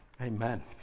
Amen